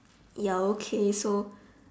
ya okay so